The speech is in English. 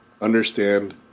understand